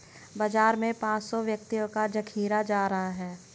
बाजार में पांच सौ व्यक्तियों का जखीरा जा रहा है